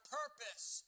purpose